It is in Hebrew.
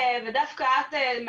אני חושבת שזה קצת, ודווקא את מהתחום.